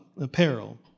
apparel